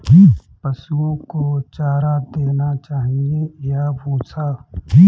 पशुओं को चारा देना चाहिए या भूसा?